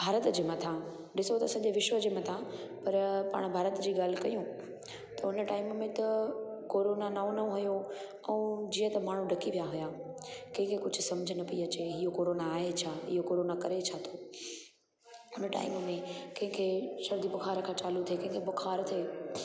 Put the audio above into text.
भारत जे मथां ॾिसो त सॼे विश्व जे मथां पर पाण भारत जी ॻाल्हि कयूं त उन टाइम में त कोरोना नओं नओं हुयो ऐं जीअं त माण्हूं ॾकी विया हुया कंहिंखे कुझु सम्झि न पई अचे हीउ कोरोना आहे छा इहो कोरोना करे छा थो उन टाइम में कंहिंखे सर्दी बुख़ार खां चालू थिए कंहिंखे बुख़ारु थिए